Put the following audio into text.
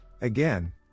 Again